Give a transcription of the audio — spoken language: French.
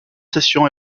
session